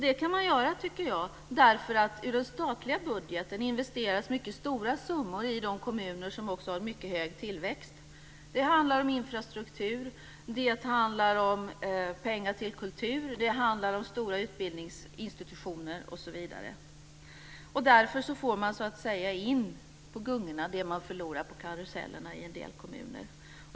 Det kan man göra, tycker jag, för ur den statliga budgeten investeras mycket stora summor i de kommuner som också har mycket hög tillväxt. Det handlar om infrastruktur. Det handlar om pengar till kultur. Det handlar om stora utbildningsinstitutioner osv. Därför får man så att säga in på gungorna det man förlorar på karusellerna i en del kommuner.